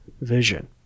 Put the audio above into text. Vision